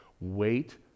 wait